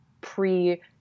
pre